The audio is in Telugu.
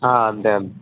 ఆ అంతే